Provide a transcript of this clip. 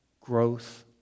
growth